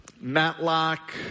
Matlock